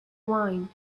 wine